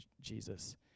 Jesus